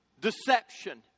deception